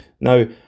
Now